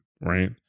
Right